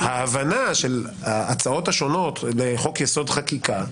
ההבנה של ההצעות השונות לחוק יסוד: חקיקה,